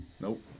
Nope